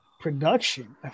production